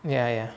ya ya